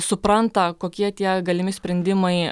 supranta kokie tie galimi sprendimai